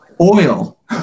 oil